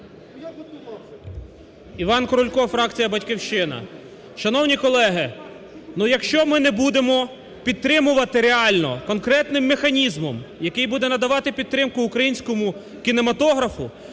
Іван Крулько, фракція "Батьківщина". Шановні колеги, ну, якщо ми не будемо підтримувати реально конкретним механізмом, який буде надавати підтримку українському кінематографу,